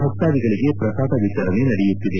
ಭಕ್ತಾದಿಗಳಗೆ ಪ್ರಸಾದ ವಿತರಣೆ ನಡೆಯುತ್ತಿದೆ